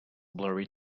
blurry